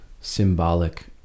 symbolic